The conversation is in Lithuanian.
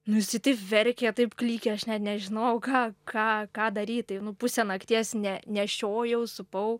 nu isai taip verkė taip klykė aš net nežinojau ką ką ką daryt tai nu pusę nakties ne nešiojau supau